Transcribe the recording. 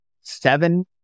seven